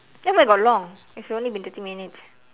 then where got long it's only been thirty minutes